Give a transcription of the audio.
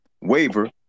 waiver